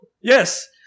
yes